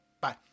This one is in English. Bye